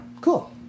cool